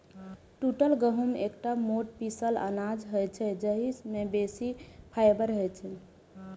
टूटल गहूम एकटा मोट पीसल अनाज होइ छै, जाहि मे बेसी फाइबर होइ छै